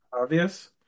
obvious